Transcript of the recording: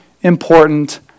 important